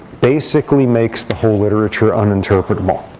basically makes the whole literature uninterpretable.